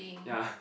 ya